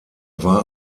war